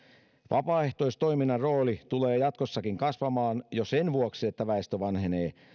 vapaaehtoistoiminnan rooli tulee jatkossakin kasvamaan jo sen vuoksi että väestö vanhenee